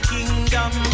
Kingdom